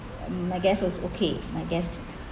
uh my guests was okay my guests